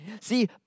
See